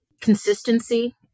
Consistency